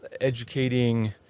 educating